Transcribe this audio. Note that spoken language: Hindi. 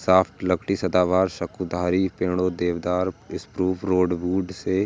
सॉफ्टवुड लकड़ी सदाबहार, शंकुधारी पेड़ों, देवदार, स्प्रूस, रेडवुड से